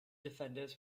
defenders